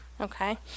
Okay